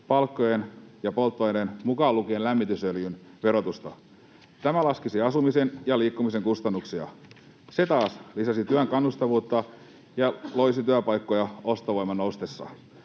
palkkojen ja polttoaineen, mukaan lukien lämmitysöljyn, verotusta. Tämä laskisi asumisen ja liikkumisen kustannuksia. Se taas lisäisi työn kannustavuutta ja loisi työpaikkoja ostovoiman noustessa.